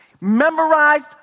Memorized